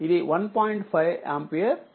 5ఆంపియర్ ఉంటుంది